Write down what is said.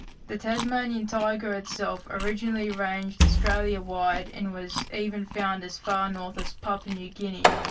the tasmanian tiger itself originally ranged australia wide and was even found as far north as papua new guinea.